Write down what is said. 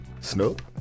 Snoop